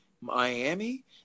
Miami